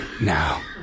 now